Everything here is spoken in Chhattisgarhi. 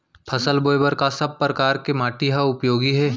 फसल बोए बर का सब परकार के माटी हा उपयोगी हे?